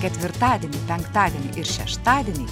ketvirtadienį penktadienį ir šeštadienį